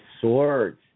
Swords